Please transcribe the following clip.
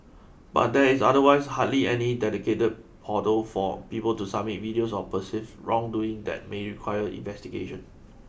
but there is otherwise hardly any dedicated portal for people to submit videos of perceived wrongdoing that may require investigation